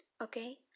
Okay